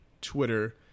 twitter